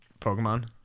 Pokemon